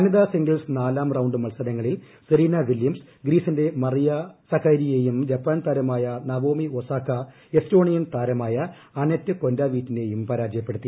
വനിതാ സിംഗിൾസ് നാലാം റൌണ്ട് മത്സരങ്ങളിൽ സെറീന വില്യംസ് ഗ്രീസിന്റെ മറിയ സക്കാരിയേയും ജപ്പാൻ താരമായ നവോമി ഒസാക്ക എസ്റ്റോണിയൻ താരമായ അനെറ്റ് കൊന്റാവീറ്റിനേയും പരാജയപ്പെടുത്തി